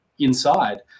inside